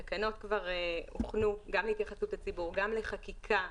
התקנות כבר הוכנו גם להתייחסות הציבור, גם לחקיקה.